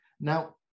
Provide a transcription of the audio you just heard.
Now